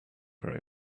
very